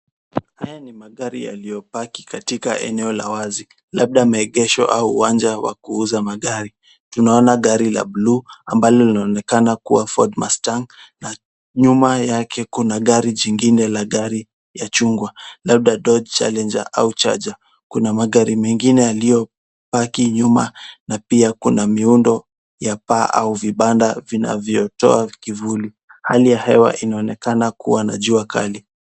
Haya ni magari yaliyopaki katika eneo la wazi labda maegesho au uwanja wa kuuza magari. Tunaona gari la bluu ambalo linaonekana kuwa Ford Mustang na nyuma yake kuna gari jingine la chungwa labda Dodge Challenger au Charger kuna magari mengine yaliyopaki nyuma na pia kuna miundo ya paa au vibanda vinavyotoa kivuli. Hali ya hewa inaonekana kuwa na jua kali.